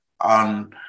on